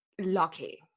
lucky